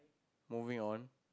moving on